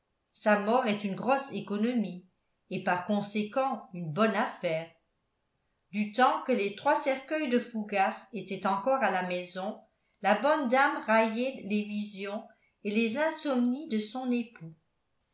sa mort est une grosse économie et par conséquent une bonne affaire du temps que les trois cercueils de fougas étaient encore à la maison la bonne dame raillait les visions et les insomnies de son époux